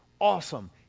awesome